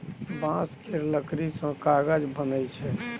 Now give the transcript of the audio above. बांस केर लकड़ी सँ कागज बनइ छै